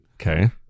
okay